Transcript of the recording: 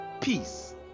peace